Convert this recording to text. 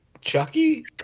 Chucky